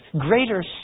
greater